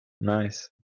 Nice